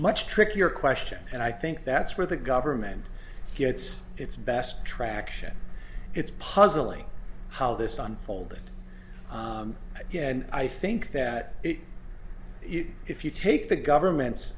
much trickier question and i think that's where the government gets its best traction it's puzzling how this unfolded and i think that if you take the government's